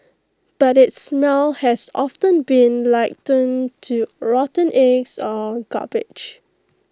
but its smell has often been likened to rotten eggs or garbage